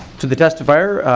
to the testifier